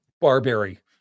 Barberry